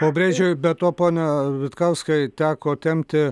pabrėžiu be to pone vitkauskai teko tempti